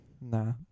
Nah